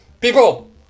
people